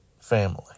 family